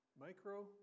Micro